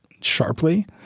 sharply